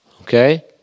Okay